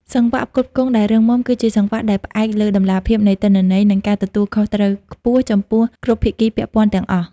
សង្វាក់ផ្គត់ផ្គង់ដែលរឹងមាំ គឺជាសង្វាក់ដែលផ្អែកលើតម្លាភាពនៃទិន្នន័យ និងការទទួលខុសត្រូវខ្ពស់ចំពោះគ្រប់ភាគីពាក់ព័ន្ធទាំងអស់។